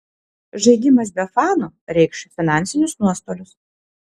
žaidimas be fanų reikš finansinius nuostolius